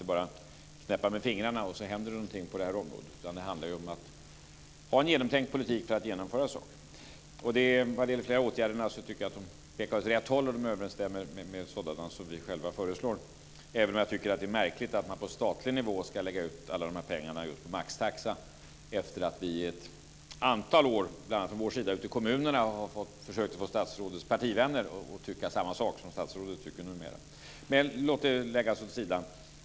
Jag tycker att flera av de föreslagna åtgärderna pekar åt rätt håll och överensstämmer med åtgärder som vi själva föreslår, även om jag tycker att det är märkligt att man på statlig nivå ska lägga ut alla pengarna på just maxtaxa efter att vi ett antal år ute i kommunerna, bl.a. från vår sida, har försökt att få statsrådets partivänner att tycka samma sak som statsrådet tycker numera. Men låt det läggas åt sidan.